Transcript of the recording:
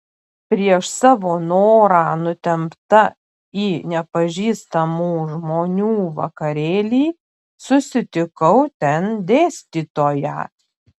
prieš savo norą nutempta į nepažįstamų žmonių vakarėlį susitikau ten dėstytoją